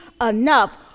enough